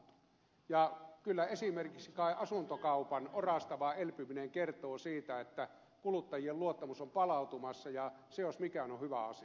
kyllä kai esimerkiksi asuntokaupan orastava elpyminen kertoo siitä että kuluttajien luottamus on palautumassa ja se jos mikä on hyvä asia